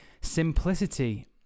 simplicity